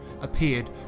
appeared